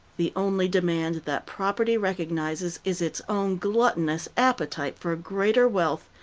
the only demand that property recognizes is its own gluttonous appetite for greater wealth,